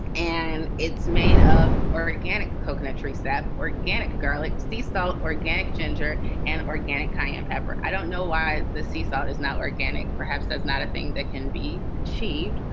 and it's made of organic coconut tree sap, organic garlic, sea salt, organic ginger and organic cayenne pepper. i don't know why the sea salt is not organic. perhaps there's not a thing that can be achieved,